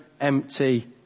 empty